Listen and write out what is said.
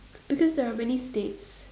because there are many states